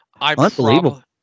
Unbelievable